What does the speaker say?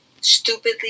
stupidly